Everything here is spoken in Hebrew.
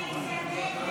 הסתייגות